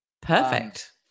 Perfect